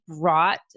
brought